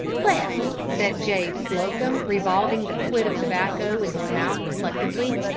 well, said jabe slocum, revolving the quid of tobacco in his mouth reflectively,